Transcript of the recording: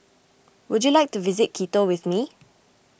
would you like to visit Quito with me